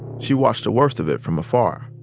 she watched the worst of it from afar.